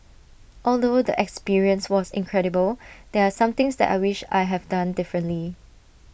although the experience was incredible there are some things that I wish I have done differently